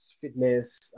fitness